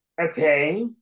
Okay